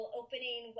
opening